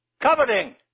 Coveting